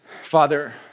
Father